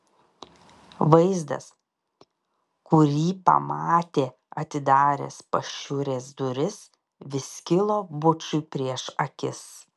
vaizdas kurį pamatė atidaręs pašiūrės duris vis kilo bučui prieš akis